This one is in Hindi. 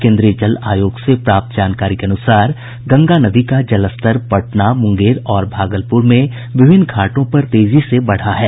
केंद्रीय जल आयोग से प्राप्त जानकारी के अनुसार गंगा नदी का जलस्तर पटना मुंगेर और भागलपुर में विभिन्न घाटों पर तेजी से बढ़ा है